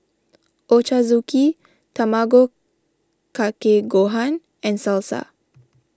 Ochazuke Tamago Kake Gohan and Salsa